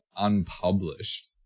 unpublished